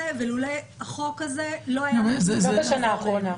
ולולא החוק הזה לא היה --- לא בשנה האחרונה,